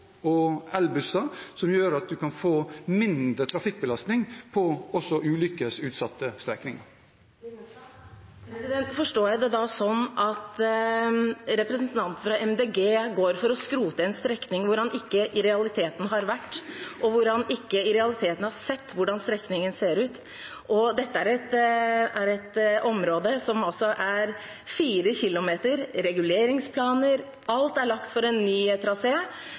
og elbusser, som gjør at vi kan få mindre trafikkbelastning også på ulykkesutsatte strekninger. Skal jeg da forstå det slik at representanten fra Miljøpartiet De Grønne går inn for å skrote en strekning hvor han i realiteten ikke har vært, og hvor han i realiteten ikke har sett hvordan strekningen ser ut? Dette er en strekning på 4 km. Reguleringsplaner og alt er lagt for en ny